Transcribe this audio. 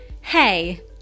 Hey